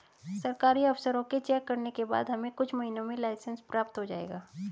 सरकारी अफसरों के चेक करने के बाद हमें कुछ महीनों में लाइसेंस प्राप्त हो जाएगा